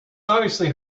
obviously